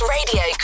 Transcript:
Radio